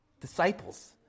disciples